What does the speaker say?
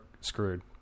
screwed